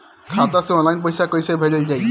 खाता से ऑनलाइन पैसा कईसे भेजल जाई?